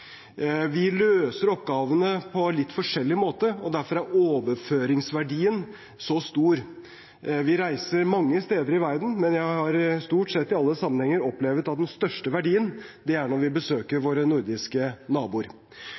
Vi løser oppgavene på litt forskjellig måte, og derfor er overføringsverdien så stor. Vi reiser mange steder i verden, men jeg har stort sett i alle sammenhenger opplevd at den største verdien er når vi besøker våre nordiske naboer.